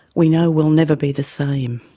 we know we'll never be the same.